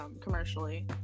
commercially